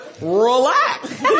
Relax